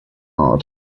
hard